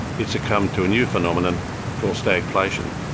it succumbed to a new phenomenon called stagflation,